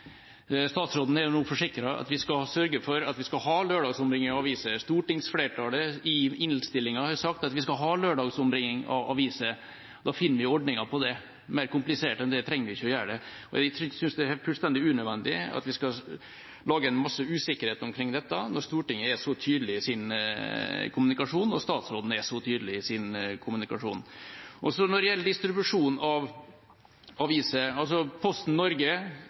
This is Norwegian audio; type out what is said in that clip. Statsråden har nå forsikret om at vi skal sørge for at vi skal ha lørdagsombringing av aviser. Komitéflertallet har i innstillingen sagt at vi skal ha lørdagsombringing av aviser. Da finner vi ordninger på det. Mer komplisert enn det trenger vi ikke å gjøre det. Jeg synes det er fullstendig unødvendig at vi skal lage en masse usikkerhet omkring dette når Stortinget er så tydelig i sin kommunikasjon, og statsråden er så tydelig i sin kommunikasjon. Når det gjelder distribusjon av aviser, bidrar Posten Norge